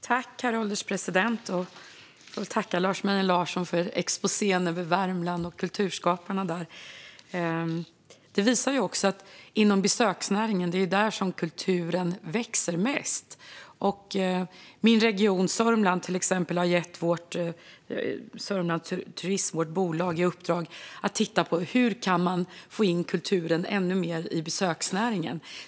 Herr ålderspresident! Jag vill tacka Lars Mejern Larsson för exposén över Värmland och kulturskaparna där. Det här visar att det är inom besöksnäringen som kulturen växer mest. I till exempel min region, Sörmland, har man gett vårt bolag Sörmlandsturism i uppdrag att titta på hur man ännu mer kan få in kulturen i besöksnäringen.